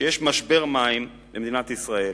שיש משבר מים במדינת ישראל